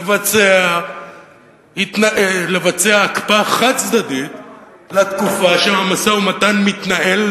לבצע הקפאה חד-צדדית לתקופה שהמשא-ומתן מתנהל.